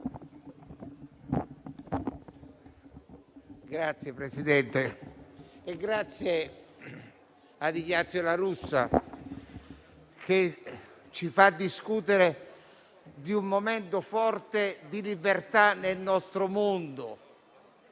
Signor Presidente, ringrazio Ignazio La Russa, che ci fa discutere di un momento forte di libertà nel nostro mondo.